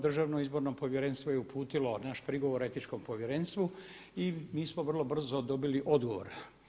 Državno izborno povjerenstvo je uputilo naš prigovor Etičkom povjerenstvu i mi smo vrlo brzo dobili odgovor.